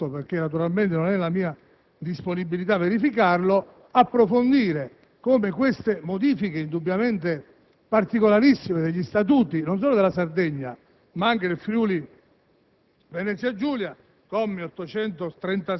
non ha potuto o forse voluto (naturalmente non è nella mia disponibilità verificarlo) approfondire. Le modifiche, indubbiamente particolarissime, degli Statuti non solo della Sardegna, ma anche del Friuli-Venezia